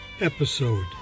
episode